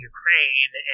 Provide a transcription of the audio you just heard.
Ukraine